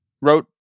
wrote